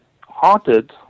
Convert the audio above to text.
haunted